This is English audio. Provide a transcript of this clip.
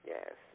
Yes